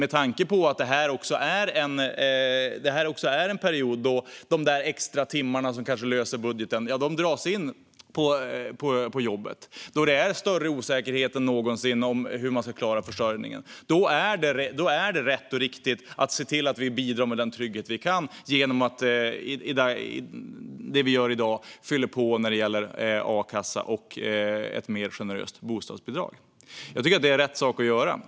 Det här är också en period då extratimmarna på jobbet som kanske löser budgeten dras in. Det finns en större osäkerhet än någonsin vad gäller hur man ska klara försörjningen. Då är det rätt och riktigt att vi ser till att bidra med den trygghet vi kan genom att, som vi gör i dag, fylla på när det gäller a-kassa och ett mer generöst bostadsbidrag. Det är rätt saker att göra.